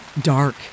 dark